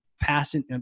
passing